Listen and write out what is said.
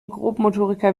grobmotoriker